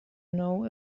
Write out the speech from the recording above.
know